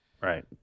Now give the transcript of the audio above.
right